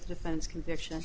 defense conviction